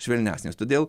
švelnesnis todėl